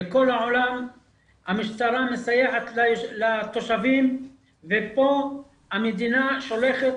בכל העולם המשטרה מסייעת לתושבים ופה המדינה שולחת